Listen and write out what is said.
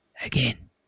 again